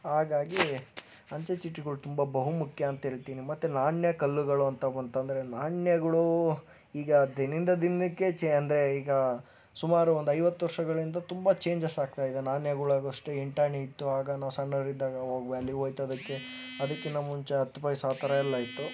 ಹಾಗಾಗಿ ಅಂಚೆಚೀಟಿಗಳ ತುಂಬ ಬಹುಮುಖ್ಯ ಅಂಥೇಳ್ತೀನಿ ಮತ್ತೆ ನಾಣ್ಯ ಕಲ್ಲುಗಳು ಅಂತ ಬಂತೆಂದ್ರೆ ನಾಣ್ಯಗಳೂ ಈಗ ದಿನ್ದಿಂದ ಚೆ ಅಂದರೆ ಈಗ ಸುಮಾರು ಒಂದು ಐವತ್ತು ವರ್ಷಗಳಿಂದ ತುಂಬ ಚೇಂಜಸ್ ಆಗ್ತಾಯಿದೆ ನಾಣ್ಯಗಳಾಗೂ ಅಷ್ಟೆ ಎಂಟಾಣಿ ಇತ್ತು ಆಗ ನಾವು ಸಣ್ಣವರಿದ್ದಾಗ ಹೋಗಿ ವ್ಯಾಲ್ಯೂ ಹೋಯ್ತದಕ್ಕೆ ಅದಕ್ಕಿನ್ನು ಮುಂಚೆ ಹತ್ತು ಪೈಸ ಆ ಥರ ಎಲ್ಲ ಇತ್ತು